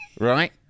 Right